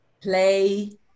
play